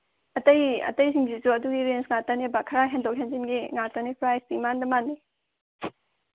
ꯑꯇꯩ ꯑꯇꯩꯁꯤꯡꯁꯤꯁꯨ ꯑꯗꯨꯒꯤ ꯔꯦꯟꯁ ꯉꯥꯛꯇꯅꯦꯕ ꯈꯔ ꯍꯦꯟꯗꯣꯛ ꯍꯦꯟꯖꯤꯟꯒꯤ ꯉꯥꯛꯇꯅꯤ ꯄ꯭ꯔꯥꯏꯁꯇꯤ ꯏꯃꯥꯟꯗ ꯃꯥꯟꯅꯩ